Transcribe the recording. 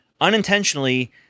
unintentionally